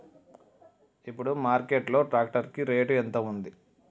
ఇప్పుడు మార్కెట్ లో ట్రాక్టర్ కి రేటు ఎంత ఉంది?